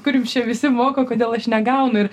kur jum čia visi moka kodėl aš negaunu ir